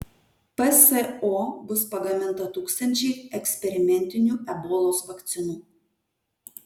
pso bus pagaminta tūkstančiai eksperimentinių ebolos vakcinų